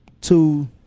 two